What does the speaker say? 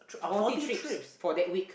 forty trips for that week